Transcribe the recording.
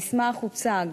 המסמך הוצג